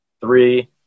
Three